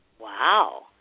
Wow